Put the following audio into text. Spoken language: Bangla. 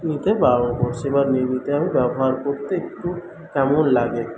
নিতে বারণ করছি বা ব্যবহার করতে একটু কেমন লাগে